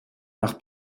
nach